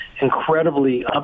incredibly